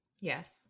yes